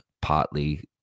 partly